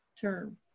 term